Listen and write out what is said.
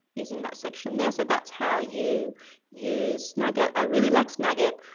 is in that section there. so that's how you use snagit. i really like snagit.